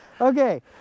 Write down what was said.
okay